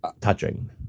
touching